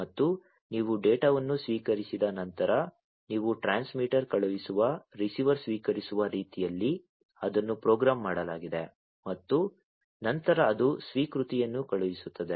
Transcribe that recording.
ಮತ್ತು ನೀವು ಡೇಟಾವನ್ನು ಸ್ವೀಕರಿಸಿದ ನಂತರ ನೀವು ಟ್ರಾನ್ಸ್ಮಿಟರ್ ಕಳುಹಿಸುವ ರಿಸೀವರ್ ಸ್ವೀಕರಿಸುವ ರೀತಿಯಲ್ಲಿ ಅದನ್ನು ಪ್ರೋಗ್ರಾಮ್ ಮಾಡಲಾಗಿದೆ ಮತ್ತು ನಂತರ ಅದು ಸ್ವೀಕೃತಿಯನ್ನು ಕಳುಹಿಸುತ್ತದೆ